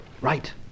Right